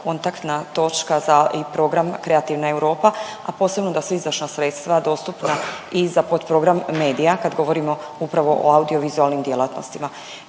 kontaktna točka za program „Kreativna Europa“ a posebno da su izdašna sredstva dostupna i za potprogram medija kad govorimo upravo o audio-vizualnim djelatnostima.